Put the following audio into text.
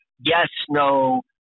yes-no